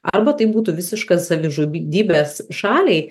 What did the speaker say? arba tai būtų visiška savižudybės šaliai